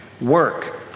Work